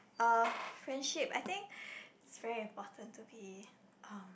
uh friendship I think very important to be um